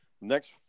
next